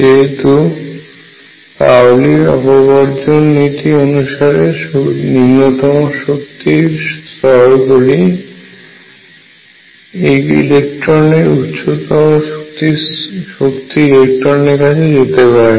যেহেতু পাওলির অপবর্জন নীতি অনুসারে নিম্নতম শক্তিগুলি শক্তিগুলির ইলেকট্রন উচ্চতর শক্তির ইলেকট্রন এর কাছে যেতে পারে না